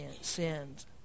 sins